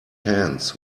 hands